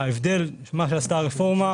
ההבדל של מה שעשתה הרפורמה,